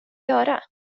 göra